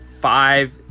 five